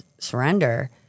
surrender